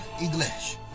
English